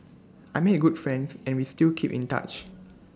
I made good friends and we still keep in touch